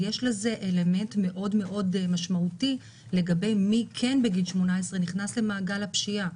יש לזה אלמנט מאוד מאוד משמעותי לגבי מי כן בגיל 18 נכנס למעגל הפשיעה.